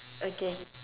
okay